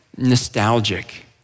nostalgic